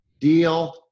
deal